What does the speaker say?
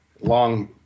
long